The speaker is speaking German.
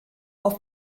auf